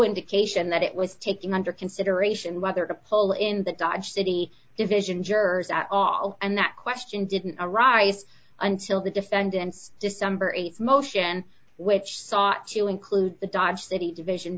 indication that it was taking under consideration whether to pull in the dodge city division jurors at all and that question didn't arise until the defendant's december th motion which sought to include the dodge city division